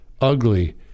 Ugly